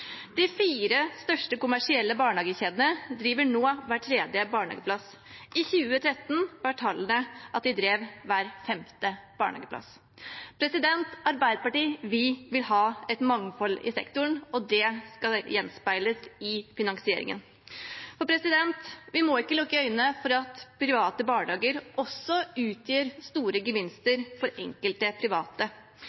De fire største kommersielle barnehagekjedene driver nå hver tredje barnehageplass. I 2013 viste tallene at de drev hver femte barnehageplass. Arbeiderpartiet vil ha mangfold i sektoren, og det skal gjenspeiles i finansieringen. Vi må ikke lukke øynene for at private barnehager også gir store